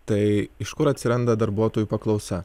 tai iš kur atsiranda darbuotojų paklausa